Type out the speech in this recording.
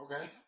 Okay